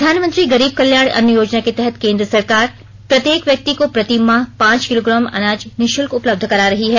प्रधानमंत्री गरीब कल्याण अन्न योजना के तहत केन्द्र सरकार प्रत्येक व्यक्ति को प्रति माह पांच किलोग्राम अनाज निःशुल्क उपलब्ध करा रही है